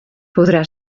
podrà